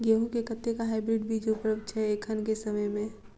गेंहूँ केँ कतेक हाइब्रिड बीज उपलब्ध छै एखन केँ समय मे?